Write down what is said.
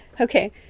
Okay